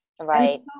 Right